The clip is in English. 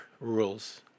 rules